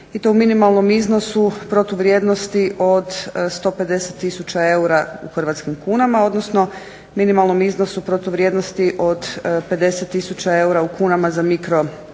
i to u minimalnom iznosu protuvrijednosti od 150 tisuća u hrvatskim kunama, odnosno minimalnom iznosu protuvrijednosti od 50 tisuća eura u kunama za mikro